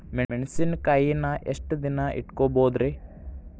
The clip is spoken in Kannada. ಮೆಣಸಿನಕಾಯಿನಾ ಎಷ್ಟ ದಿನ ಇಟ್ಕೋಬೊದ್ರೇ?